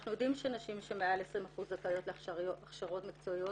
אנחנו יודעים שנשים שמעל 20% זכאיות להכשרות מקצועיות.